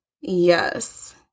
Yes